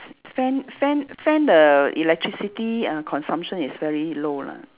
fan fan fan the electricity uh consumption is very low lah